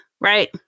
right